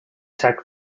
tech